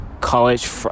college